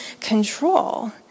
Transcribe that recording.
control